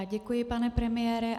Děkuji, pane premiére.